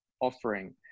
offering